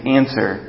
answer